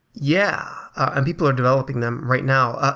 yeah, and people are developing them right now. ah